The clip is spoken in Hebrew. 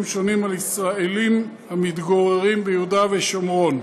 שונים על ישראלים המתגוררים ביהודה ושומרון.